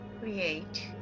create